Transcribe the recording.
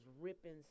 ripping